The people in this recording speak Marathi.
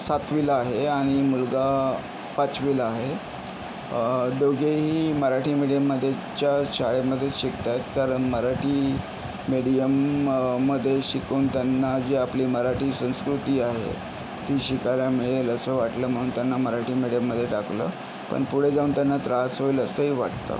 सातवीला आहे आणि मुलगा पाचवीला आहे दोघेही मराठी मीडियममध्ये च्या शाळेमध्ये शिकतात कारण मराठी मीडियममध्ये शिकून त्यांना जी आपली मराठी संस्कृती आहे ती शिकायला मिळेल असं वाटलं म्हणून त्यांना मराठी मीडियममध्ये टाकलं पण पुढे जाऊन त्यांना त्रास होईल असंही वाटतं